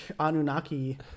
Anunnaki